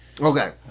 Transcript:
Okay